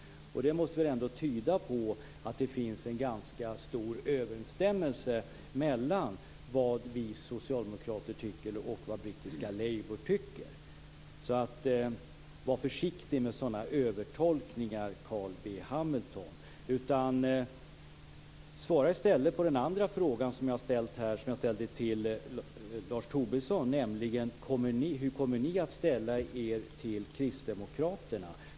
Det måste väl ändå tyda på att det finns en ganska stor överensstämmelse mellan vad vi socialdemokrater tycker och vad brittiska Labour tycker. Var försiktig med övertolkningarna, Carl B Hamilton. Svara i stället på den fråga som jag också ställde till Lars Tobisson. Hur kommer ni att ställa er till Kristdemokraterna?